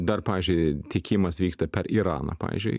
dar pavyzdžiui tiekimas vyksta per iraną pavyzdžiui